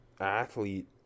athlete